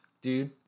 dude